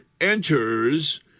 enters